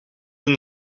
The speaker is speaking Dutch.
een